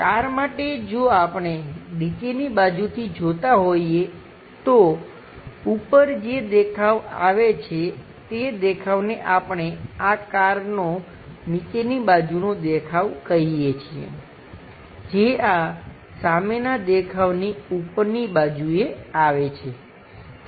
car માટે જો આપણે નીચેની બાજુથી જોતા હોઈએ તો ઉપર જે દેખાવ આવે છે તે દેખાવને આપણે આ કારનો નીચેની બાજુનો દેખાવ કહીએ છીએ જે આ સામેનાં દેખાવની ઉપરની બાજુએ આવે છે